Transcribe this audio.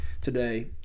today